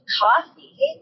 coffee